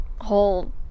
whole